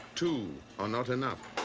two are not enough.